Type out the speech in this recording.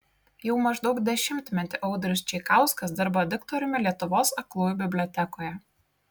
jau maždaug dešimtmetį audrius čeikauskas dirba diktoriumi lietuvos aklųjų bibliotekoje